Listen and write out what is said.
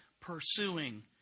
pursuing